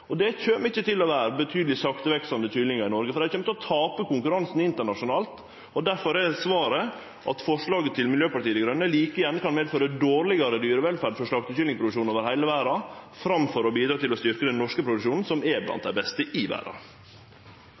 Det kjem ikkje til å vere betydeleg produksjon av sakteveksande kyllingar i Noreg, for den kjem til å tape konkurransen internasjonalt. Difor er svaret at forslaget frå Miljøpartiet Dei Grøne like gjerne kan medføre dårlegare dyrevelferd med omsyn til slaktekyllingproduksjonen over heile verda, framfor å bidra til å styrkje den norske produksjonen, som er blant dei beste i verda.